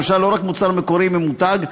למשל לא רק מוצר מקורי ממותג,